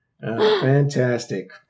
Fantastic